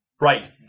right